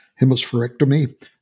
hemispherectomy